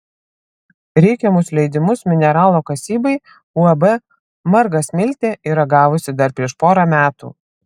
reikiamus leidimus mineralo kasybai uab margasmiltė yra gavusi dar prieš porą metų